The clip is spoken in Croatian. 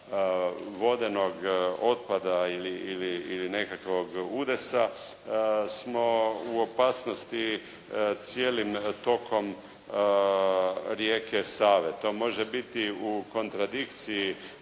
vodenog otpada ili nekakvog udesa smo u opasnosti cijelim tokom rijeke Save. To može biti u kontradikciji